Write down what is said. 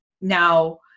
Now